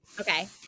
Okay